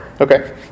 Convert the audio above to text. Okay